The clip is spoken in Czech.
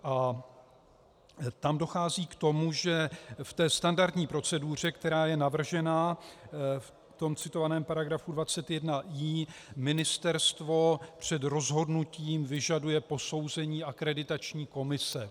A tam dochází k tomu, že v té standardní proceduře, která je navržena v citovaném § 21i, ministerstvo před rozhodnutím vyžaduje posouzení akreditační komise.